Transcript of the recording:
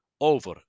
over